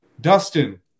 Dustin